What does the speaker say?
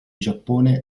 giappone